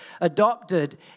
adopted